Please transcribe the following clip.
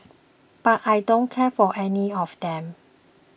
but I don't care for any of them